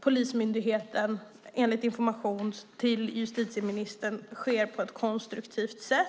polismyndigheten sker på ett konstruktivt sätt enligt information till justitieministern.